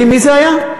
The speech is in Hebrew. מי זה היה?